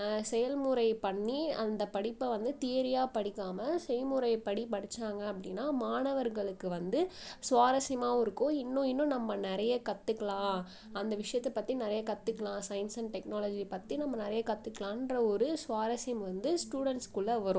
செயல்முறை பண்ணி அந்த படிப்பை வந்து தியரியாக படிக்காமல் செய்முறை படி படிச்சாங்கள் அப்படின்னா மாணவர்களுக்கு வந்து சுவாரஸ்யமாகவும் இருக்கும் இன்னும் இன்னும் நம்ம நிறைய கத்துக்கலாம் அந்த விஷயத்தை பற்றி நிறைய கத்துக்கலாம் சயின்ஸ் அண்ட் டெக்னாலஜி பற்றி நம்ம நிறைய கத்துக்கலாம் என்ற ஒரு சுவாரஸ்யம் வந்து ஸ்டுடெண்ட்ஸ்குள்ளே வரும்